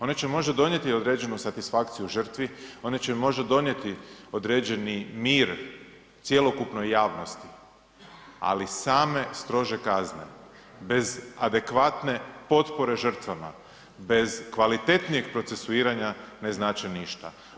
One će možda donijeti određenu satisfakciju žrtvi, one će možda donijeti određeni mir cjelokupnoj javnosti ali same strože kazne bez adekvatne potpore žrtvama, bez kvalitetnijeg procesuiranja ne znače ništa.